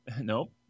Nope